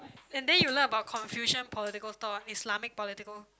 and then you learn about confusion political Islamic political